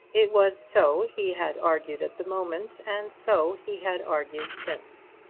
it was so he had argued at the moment, and so he had argued since.